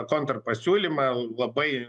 kontrpasiūlymą labai